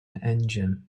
engine